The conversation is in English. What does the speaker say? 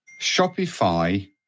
Shopify